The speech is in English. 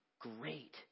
great